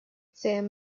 san